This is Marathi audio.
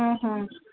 हां हां